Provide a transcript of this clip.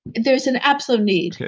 there's an absolute need but